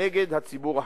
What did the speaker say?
נגד הציבור החרדי.